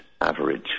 average